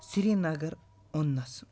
Srinagar اوٚننَس